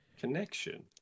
Connection